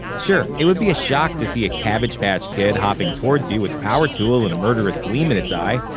sure, it would be a shock to see a cabbage patch kid hopping towards you with a power tool and a murderous gleam in its eye,